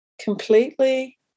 completely